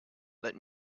let